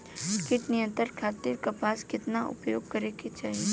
कीट नियंत्रण खातिर कपास केतना उपयोग करे के चाहीं?